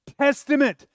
Testament